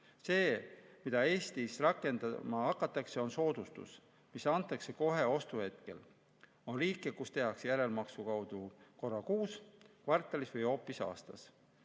See, mida Eestis rakendama hakatakse, on soodustus, mis antakse kohe ostuhetkel. On riike, kus tehakse järelmaksu abil [hüvitamine] kord kuus, kvartalis või hoopis aastas.